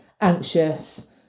anxious